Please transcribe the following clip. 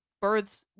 births